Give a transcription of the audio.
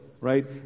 right